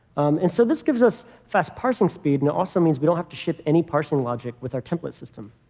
and so this gives us fast parsing speed. and it also means we don't have to ship any parsing logic with our template system,